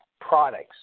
products